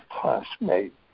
classmate